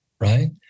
right